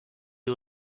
you